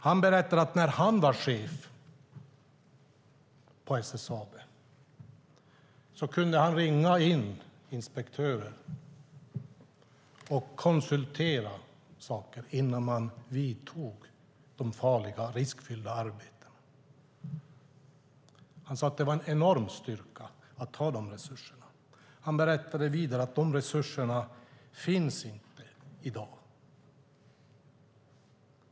Han berättade att när han var chef på SSAB kunde han ringa in inspektörer och konsultera dem innan man vidtog farliga och riskfyllda arbeten. Han sade att det var en enorm styrka att ha dessa resurser. Han berättade vidare att dessa resurser inte finns i dag.